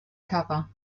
cover